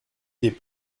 des